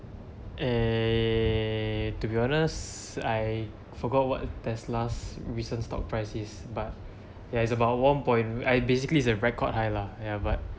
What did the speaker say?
eh to be honest I forgot what there's last recent stock price is but ya is about one point uh basically it's a record high lah ya but